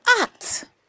act